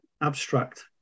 abstract